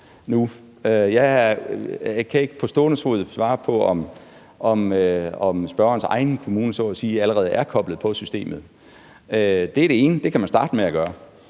Jeg kan ikke på stående fod svare på, om spørgerens egen kommune så at sige allerede er koblet på systemet. Det kan man starte med at gøre.